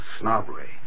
snobbery